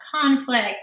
conflict